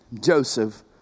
Joseph